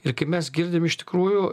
ir kaip mes girdim iš tikrųjų